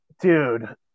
dude